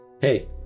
Hey